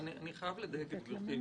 אני חייב לדייק את גברתי.